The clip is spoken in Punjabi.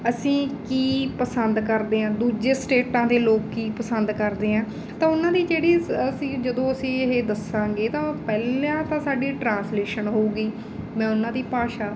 ਅਸੀਂ ਕੀ ਪਸੰਦ ਕਰਦੇ ਹਾਂ ਦੂਜੇ ਸਟੇਟਾਂ ਦੇ ਲੋਕ ਕੀ ਪਸੰਦ ਕਰਦੇ ਆ ਤਾਂ ਉਹਨਾਂ ਦੀ ਜਿਹੜੀ ਅਸੀਂ ਜਦੋਂ ਅਸੀਂ ਇਹ ਦੱਸਾਂਗੇ ਤਾਂ ਪਹਿਲਾਂ ਤਾਂ ਸਾਡੀ ਟਰਾਂਸਲੇਸ਼ਨ ਹੋਵੇਗੀ ਮੈਂ ਉਹਨਾਂ ਦੀ ਭਾਸ਼ਾ